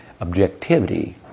objectivity